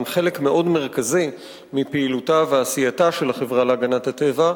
הם חלק מאוד מרכזי מפעילותה ועשייתה של החברה להגנת הטבע,